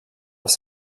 els